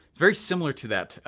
very similar to that,